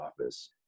office